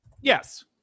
Yes